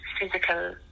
physical